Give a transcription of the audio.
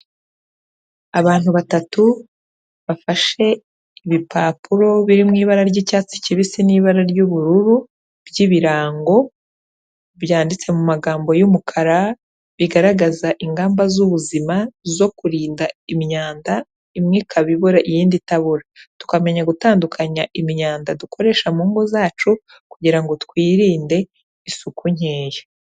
Abantu batatu bafashe ibipapuro biri mu ibara ry'icyatsi kibisi n'ibara ry'ubururu by'ibirango byanditse mu magambo y'umukara bigaragaza ingamba z'ubuzima zo kurinda imyanda imwe ikaba ibora iyindi itabora, tukamenya gutandukanya imyanda dukoresha mu ngo zacu kugirango twirinde isuku nkeya